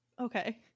Okay